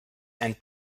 and